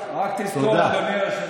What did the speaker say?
לא, לא, לא לענות לה, חבר הכנסת רז.